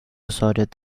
decided